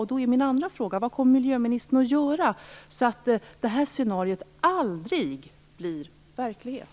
Därför är min andra fråga: Vad kommer miljöministern att göra för att det scenariot aldrig skall bli verklighet?